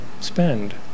spend